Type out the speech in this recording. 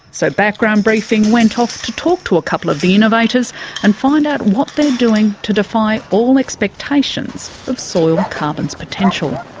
background briefing went off to talk to a couple of the innovators and find out what they're doing to defy all expectations of soil carbon's potential.